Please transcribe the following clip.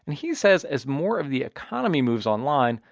and he says as more of the economy moves online,